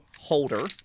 holder